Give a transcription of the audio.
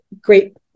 great